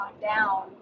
down